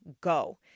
go